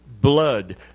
blood